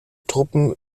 truppen